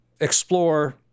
explore